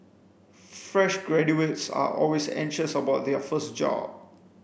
fresh graduates are always anxious about their first job